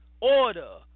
order